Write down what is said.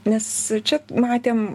nes čia matėm